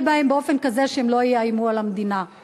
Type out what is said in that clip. בהם באופן כזה שהם לא יאיימו על המדינה.